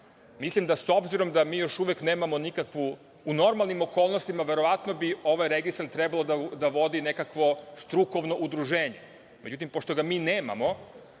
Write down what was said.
Mislim da s obzirom da mi još uvek nemamo nikakvu, u normalnim okolnostima verovatno bi ovaj registar trebalo da vodi nekakvo strukovno udruženje.Međutim, pošto ga mi nemamo,